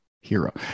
hero